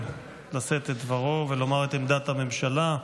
לשאת את דברו ולומר את עמדת הממשלה.